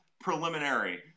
preliminary